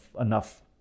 enough